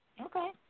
Okay